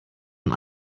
man